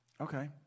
okay